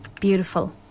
Beautiful